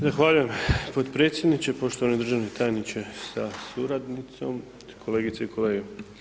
Zahvaljujem potpredsjedniče, poštovani državni tajniče sa suradnicom, kolegice i kolege.